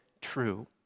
true